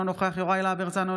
אינו נוכח יוראי להב הרצנו,